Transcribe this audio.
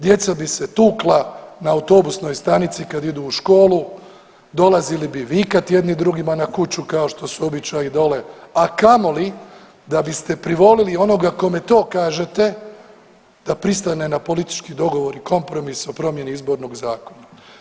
Djeca bi se tukla na autobusnoj stanici kad idu u školu, dolazili bi vikati jedni drugima na kuću kao što su običaji dole, a kamoli da biste privolili onoga kome to kažete da pristane na politički dogovor i kompromis o promjeni Izbornog zakona.